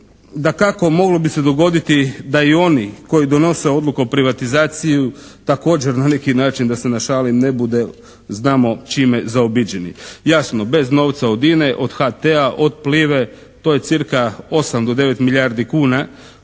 Dakako, moglo bi se dogoditi da i oni koji donose odluku o privatizaciji također na neki način da se našalim ne bude znamo čime zaobiđeni. Jasno, bez novca od INA-e, od HT-a, od Plive, to je cca 8 do 9 milijardi kuna